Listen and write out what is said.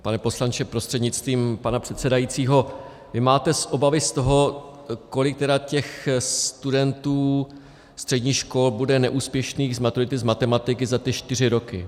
Pane poslanče prostřednictvím pana předsedajícího, vy máte obavy z toho, kolik tedy těch studentů středních škol bude neúspěšných z maturity z matematiky za ty čtyři roky.